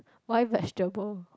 why vegetable